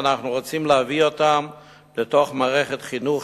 ואנחנו רוצים להביא אותם לתוך מערכת החינוך,